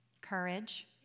Courage